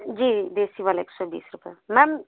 जी देसी वाले एक सौ बीस रूपये मैम